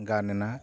ᱜᱟᱱ ᱮᱱᱟ